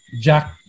Jack